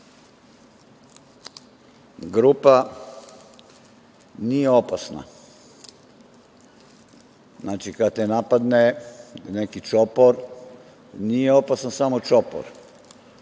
grupa nije opasna. Znači, kad te napadne neki čopor, nije opasan samo čopor,